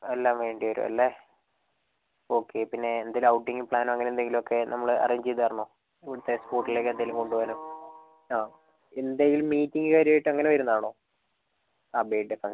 എല്ലാം വേണ്ടി വരും അല്ലേ ഓക്കേ പിന്നെ എന്തെങ്കിലും ഔട്ടിംഗ് പ്ലാൻ അങ്ങനെ എന്തെങ്കിലുമൊക്കെ നമ്മൾ അറേഞ്ച് ചെയ്ത് തരണോ ഇവിടുത്തെ സ്പോട്ടിലേക്ക് എന്തെങ്കിലും കൊണ്ട് പോവാനോ ആ എന്തെങ്കിലും മീറ്റിംഗ് കാര്യമായിട്ട് അങ്ങനെ വരുന്നതാണോ ആ ബർത്ത്ഡേ ഫംഗ്ഷൻ